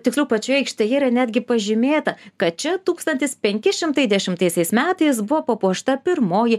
tiksliau pačioje aikštėje yra netgi pažymėta kad čia tūkstantis penki šimtai dešimtaisiais metais buvo papuošta pirmoji